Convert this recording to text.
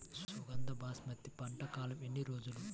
సుగంధ బాస్మతి పంట కాలం ఎన్ని రోజులు?